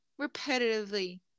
repetitively